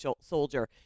soldier